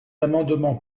amendement